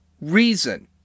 reason